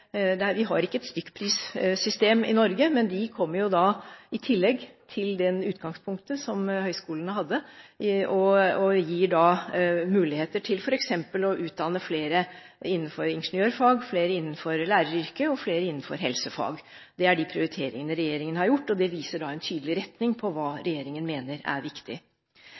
som regjeringen har bevilget – vi har ikke et stykkprissystem i Norge – kommer i tillegg til det utgangspunktet som høyskolene hadde, og gir muligheter til f.eks. å utdanne flere innenfor ingeniørfag, flere innenfor læreryrket og flere innenfor helsefag. Det er de prioriteringene regjeringen har gjort, og det viser en tydelig retning for hva regjeringen mener er viktig.